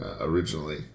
Originally